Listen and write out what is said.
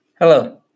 Hello